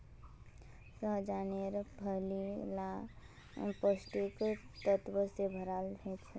सह्जानेर फली ला पौष्टिक तत्वों से भराल होचे